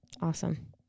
Awesome